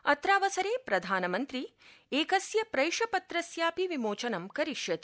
अत्रावसरे प्रधानमन्त्री एकस्य प्रैषपत्रस्यापि विमोचनं करिष्यति